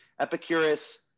Epicurus